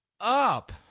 up